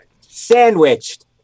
sandwiched